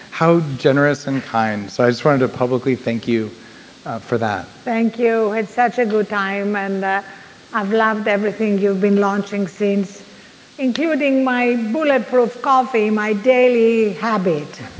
how generous and kind. so i just wanted to publicly thank you for that thank you. i had such a good time and i've loved everything you've been launching since including my bulletproof coffee, my daily habit